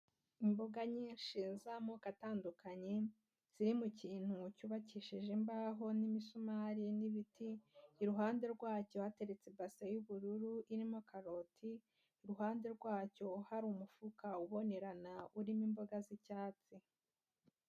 Imboga nyinshi z'amoko atandukanye, ziri mu kintu cyubakishije imbaho n'imisumari n'ibiti, iruhande rwacyo hateretse ibase y'ubururu irimo karoti, iruhande rwacyo hari umufuka ubonerana urimo imboga z'icyatsi.